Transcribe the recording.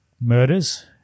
murders